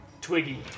Twiggy